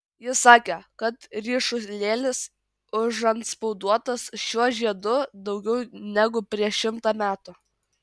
jis sakė kad ryšulėlis užantspauduotas šiuo žiedu daugiau negu prieš šimtą metų